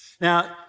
Now